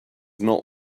not